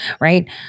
right